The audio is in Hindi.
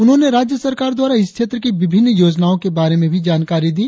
उन्होंने राज्य सरकार द्वारा इस क्षेत्र की विभिन्न योजनाओ के बारे में भी जानकारी दी